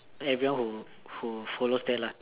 everyone who who follows that lah